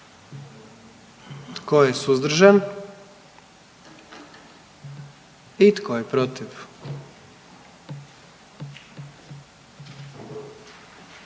Tko je suzdržan? I tko je protiv?